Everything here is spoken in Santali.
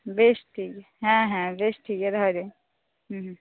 ᱵᱮᱥ ᱴᱷᱤᱠ ᱜᱮᱭᱟ ᱦᱮᱸ ᱦᱮᱸ ᱵᱮᱥ ᱴᱷᱤᱠ ᱜᱮᱭᱟ ᱫᱚᱦᱚᱭ ᱫᱟᱹᱧ ᱦᱮᱸ ᱦᱮᱸ